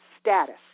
status